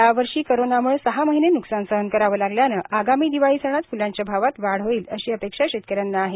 यावर्षी कोरोनाम्ळे सहा महिने नुकसान सहन करावे लागल्याने आगामी दिवाळी सणात फुलांच्या भावात वाढ होईल अशी अपेक्षा शेतकऱ्यांना आहे